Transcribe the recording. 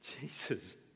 Jesus